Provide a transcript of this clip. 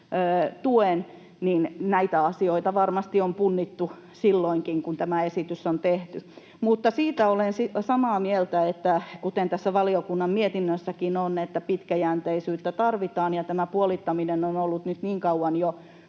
tuen. Näitä asioita on varmasti punnittu silloinkin, kun tämä esitys on tehty. Mutta siitä olen samaa mieltä, kuten tässä valiokunnan mietinnössäkin on, että pitkäjänteisyyttä tarvitaan. Tämä puolittaminen on ollut nyt niin kauan jo,